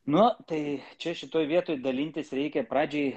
nu tai čia šitoj vietoj dalintis reikia pradžiai